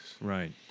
Right